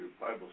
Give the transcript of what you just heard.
Bible